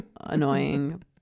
annoying